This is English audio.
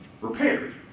repaired